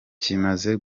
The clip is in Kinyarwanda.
kimaze